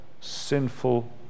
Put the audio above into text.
sinful